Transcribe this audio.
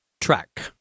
track